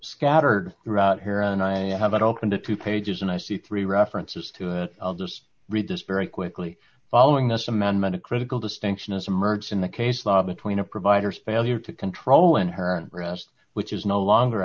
scattered throughout here and i have it open to two pages and i see three references to it i'll just read this very quickly following this amendment a critical distinction is emerged in the case law between a provider's failure to control inherent rest which is no longer